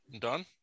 Done